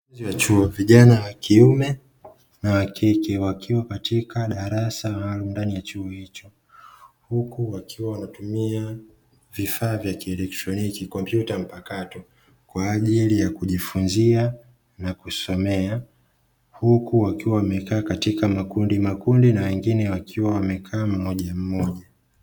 Ndani ya chuo; vijana wa kiume na wa kike, wakiwa katika darasa maalumu ndani ya chuo hicho, huku wakiwa wanatumia vifaa vya kielektroniki; kompuyta mpakato, kwa ajili ya kujifunzia na kusomea, huku wakiwa wamekaa katika makundimakundi na wengine wakiwa wamekaa mmojammoja.